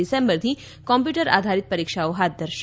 ડિસેમ્બરથી computer આધારિત પરિક્ષાએ હાથ ધરાશે